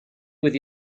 with